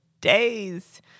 Days